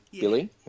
Billy